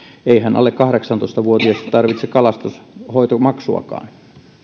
eihän alle kahdeksantoista vuotias tarvitse kalastushoitomaksuakaan